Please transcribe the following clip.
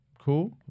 cool